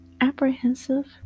apprehensive